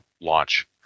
launch